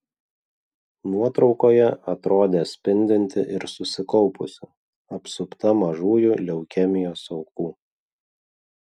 nuotraukoje atrodė spindinti ir susikaupusi apsupta mažųjų leukemijos aukų